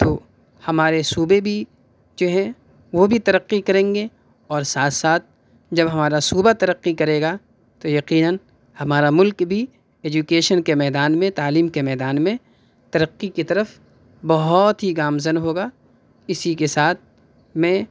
تو ہمارے صوبے بھی جو ہیں وہ ترقی کریں گے اور ساتھ ساتھ جب ہمارا صوبہ ترقی کرے گا تو یقیناً ہمارا مُلک بھی ایجوکیشن کے میدان میں تعلیم کے میدان میں ترقی کی طرف بہت ہی گامزن ہوگا اِسی کے ساتھ میں